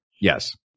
Yes